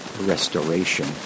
restoration